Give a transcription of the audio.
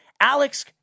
Alex